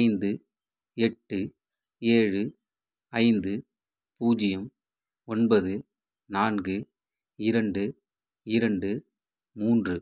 ஐந்து எட்டு ஏழு ஐந்து பூஜ்ஜியம் ஒன்பது நான்கு இரண்டு இரண்டு மூன்று